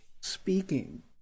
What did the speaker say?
Speaking